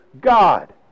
God